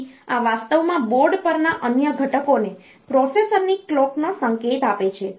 તેથી આ વાસ્તવમાં બોર્ડ પરના અન્ય ઘટકોને પ્રોસેસરની કલોકનો સંકેત આપે છે